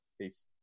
Peace